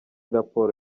raporo